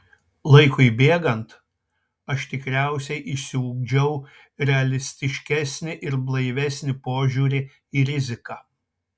laikui bėgant aš tikriausiai išsiugdžiau realistiškesnį ir blaivesnį požiūrį į riziką